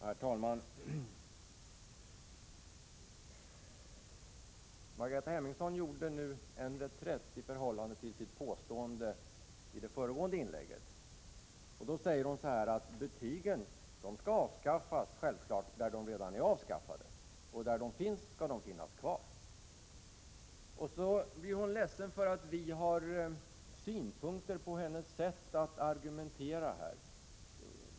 Herr talman! Margareta Hemmingsson gjorde nu en reträtt i förhållande till sitt påstående i det föregående inlägget. Hon säger att betygen skall vara avskaffade där de redan är avskaffade och att de skall finnas kvar där de finns. Så blir hon ledsen för att vi har synpunkter på hennes sätt att argumentera.